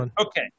Okay